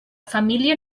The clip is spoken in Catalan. família